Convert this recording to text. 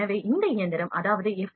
எனவே இந்த இயந்திரம் அதாவது எஃப்